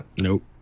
Nope